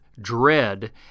dread